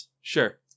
Sure